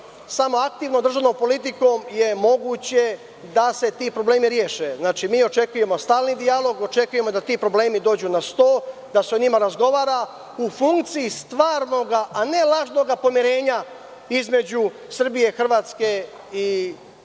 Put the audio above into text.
Samo aktivnom državnom politikom je moguće da se ti problemi reše. Znači, mi očekujemo stalni dijalog, očekujemo da ti problemi dođu na sto, da se o njima razgovara u funkciji stvarnoga, a ne lažnoga pomirenja između Srbije, Hrvatske i Bosne